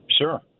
sure